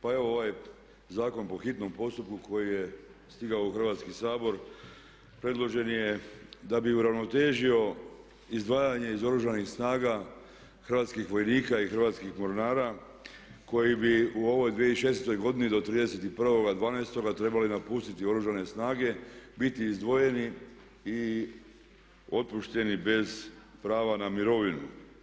Pa evo ovaj zakon po hitnom postupku koji je stigao u Hrvatski sabor predložen je da bi uravnotežio izdvajanje iz Oružanih snaga hrvatskih vojnika i hrvatskih mornara koji bi u ovoj 2016. godini do 31.12. trebali napustiti Oružane snage, biti izdvojeni i otpušteni bez prava na mirovinu.